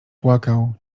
płakał